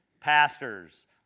pastors